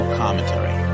commentary